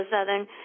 Southern